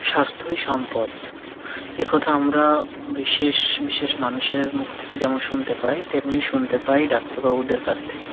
স্বাস্থ্যই সম্পদ একথা আমরা বিশেষ বিশেষ মানুষের মুখ থেকে যেমন শুনতে পাই তেমনি শুনতে পাই ডাক্তারবাবুদের কাছ থেকে